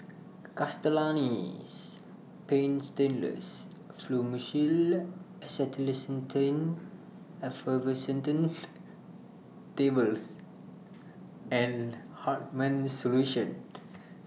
Castellani's Paint Stainless Fluimucil Acetylcysteine Effervescent Tablets and Hartman's Solution